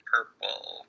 purple